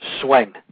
swing